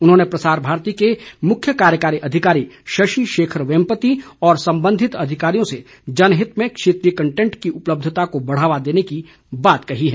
उन्होंने प्रसार भारती के मुख्य कार्यकारी अधिकारी शशि शेखर वेम्पति और संबंधित अधिकारियों से जनहित में क्षेत्रीय कंटेंट की उपलब्धता को बढ़ावा देने की बात कही है